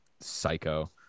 psycho